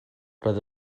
roedd